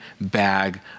bag